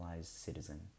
citizen